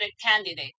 candidate